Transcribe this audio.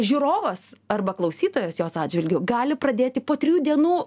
žiūrovas arba klausytojas jos atžvilgiu gali pradėti po trijų dienų